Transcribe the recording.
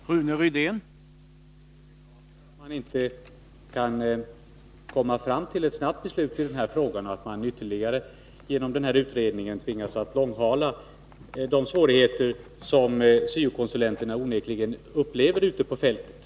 Herr talman! Det är beklagligt att man inte kan komma fram till ett snabbt beslut i denna fråga, utan att man genom denna ytterligare utredning tvingas långhala de svårigheter som syo-konsulenterna onekligen upplever ute på fältet.